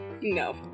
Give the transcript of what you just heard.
No